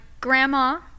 grandma